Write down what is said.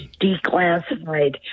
declassified